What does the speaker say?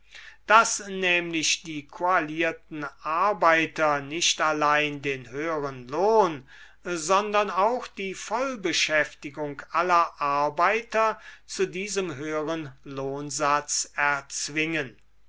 daß nämlich die koalierten arbeiter nicht allein den höheren lohn sondern auch die vollbeschäftigung aller arbeiter zu diesem höheren lohnsatz erzwingen